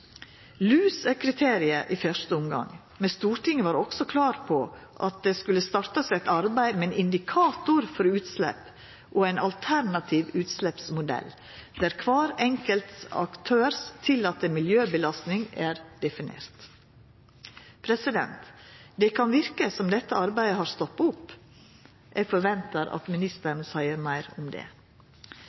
Lus er kriteriet i første omgang, men Stortinget var òg klar på at det skulle startast eit arbeid med ein indikator for utslepp og ein alternativ utsleppsmodell der den tillatne miljøbelastninga er definert for kvar enkelt aktør. Det kan verka som dette arbeidet har stoppa opp. Eg forventar at ministeren seier meir om det.